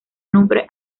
nombre